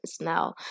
now